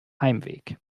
heimweg